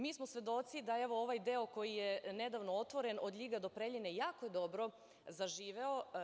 Mi smo svedoci da ovaj deo koji je nedavno otvoren od LJiga do Preljine jako dobro zaživeo.